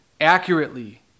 accurately